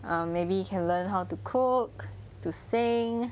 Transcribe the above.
err maybe you can learn how to cook to sing